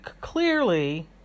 clearly